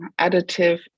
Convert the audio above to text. additive